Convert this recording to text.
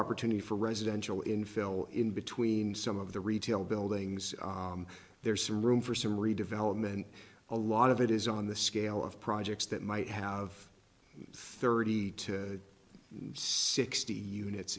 opportunity for residential in fill in between some of the retail buildings there is some room for some redevelopment a lot of it is on the scale of projects that might have thirty to sixty unit